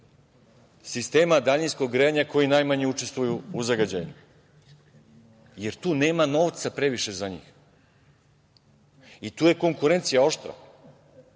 sistema daljinskog grejanja koji najmanje učestvuju u zagađenju, jer tu nema novca previše za njih i tu je konkurencija oštra,